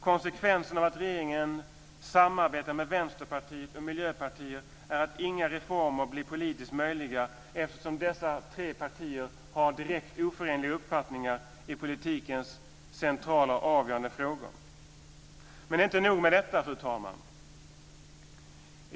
Konsekvensen av att regeringen samarbetar med Vänsterpartiet och Miljöpartiet är att inga reformer blir politiskt möjliga eftersom dessa tre partier har direkt oförenliga uppfattningar i politikens centrala och avgörande frågor. Men det är inte nog med detta, fru talman.